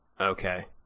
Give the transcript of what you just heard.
Okay